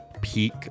peak